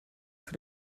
für